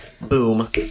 boom